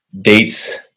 Dates